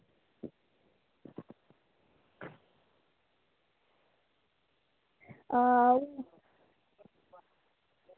आं